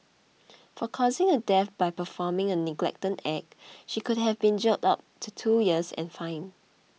for causing a death by performing a negligent act she could have been jailed up to two years and fined